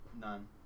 None